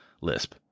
lisp